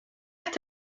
est